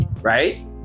right